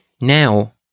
now